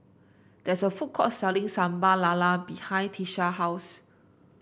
there is a food court selling Sambal Lala behind Tisha house